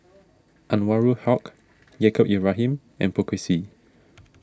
Anwarul Haque Yaacob Ibrahim and Poh Kay Swee